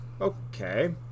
Okay